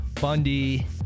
Bundy